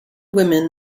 women